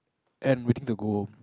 and waiting to go home